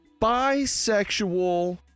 bisexual